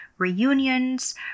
reunions